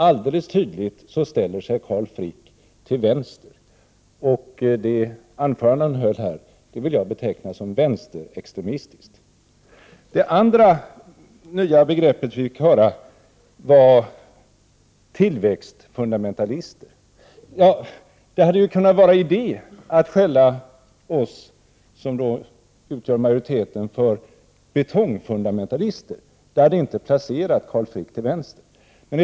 Alldeles tydligt ställer sig Carl Frick till vänster. Det anförande han höll här vill jag beteckna som vänsterextremistiskt. Det andra nya begrepp vi fick höra var ”tillväxtfundamentalister”. Det hade ju kunnat vara idé att skälla oss som utgör majoriteten för ”betongfundamentalister” — det hade åtminstone inte placerat Carl Frick till vänster.